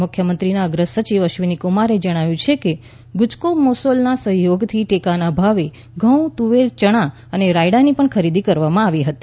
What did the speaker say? મુખ્યંત્રીના અગ્રસચિવ અશ્વિનીકુમારે જણાવ્યું છે કે ગુજકોમાસોલના સહયોગથી ટેકાના ભાવે ઘઉં તુવેર ચણા અને રાયડાની ખરીદી કરવામાં હતી